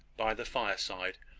by the fireside.